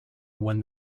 when